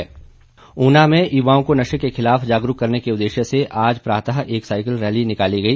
cycle rally Una में युवाओं को नशे के खिलाफ जागरूक करने के उद्देश्य से आज प्रातः एक साइकिल रैली निकाली गई